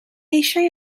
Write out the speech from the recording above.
eisiau